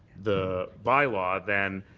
the bylaw, then